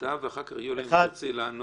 אתה ואחר כך יוליה, אם תרצי לענות.